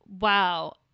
Wow